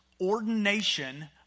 ordination